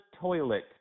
toilet